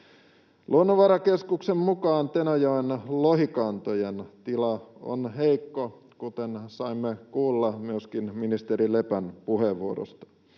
Luonnonvarakeskuksen mukaan Tenojoen lohikantojen tila on heikko, kuten saimme kuulla myöskin ministeri Lepän puheenvuorosta.